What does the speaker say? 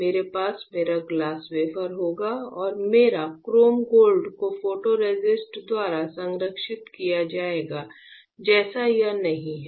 मेरे पास मेरा ग्लास वेफर होगा और मेरे क्रोम गोल्ड को फोटोरेसिस्ट द्वारा संरक्षित किया जाएगा जैसे यह नहीं है